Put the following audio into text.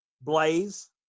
Blaze